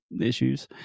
issues